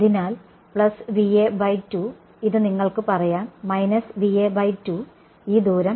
അതിനാൽ ഇത് നിങ്ങൾക്ക് പറയാം ഈ ദൂരം